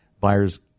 buyers